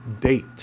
date